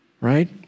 right